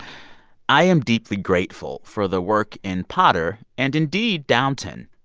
i am deeply grateful for the work in potter and indeed downton,